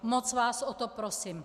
Moc vás o to prosím.